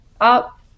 up